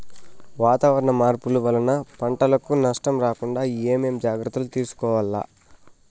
వాతావరణ మార్పులు వలన పంటలకు నష్టం రాకుండా ఏమేం జాగ్రత్తలు తీసుకోవల్ల?